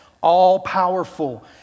all-powerful